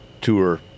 tour